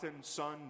Son